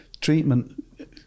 treatment